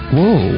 Whoa